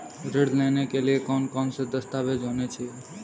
ऋण लेने के लिए कौन कौन से दस्तावेज होने चाहिए?